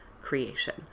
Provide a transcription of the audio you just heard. creation